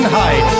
high